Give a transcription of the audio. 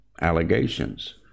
allegations